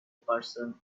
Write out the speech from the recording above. person